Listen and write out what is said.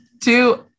two